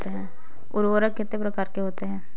उर्वरक कितने प्रकार के होते हैं?